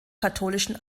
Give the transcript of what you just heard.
katholischen